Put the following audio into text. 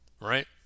right